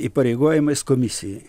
įpareigojimais komisijai